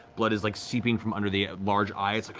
blood is, like, seeping from under the large eye,